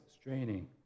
straining